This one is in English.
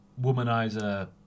womanizer